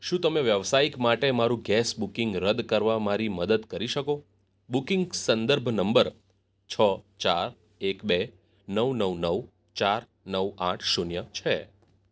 શું તમે વ્યાવસાયિક માટે મારું ગેસ બુકિંગ રદ કરવા મારી મદદ કરી શકો બુકિંગ સંદર્ભ નંબર છ ચાર એક બે નવ નવ નવ ચાર નવ આઠ શૂન્ય છે